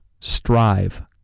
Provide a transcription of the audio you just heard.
Strive